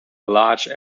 large